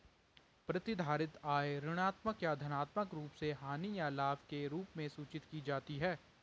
प्रतिधारित आय ऋणात्मक या धनात्मक रूप से हानि या लाभ के रूप में सूचित की जाती है